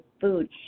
food